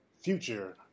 Future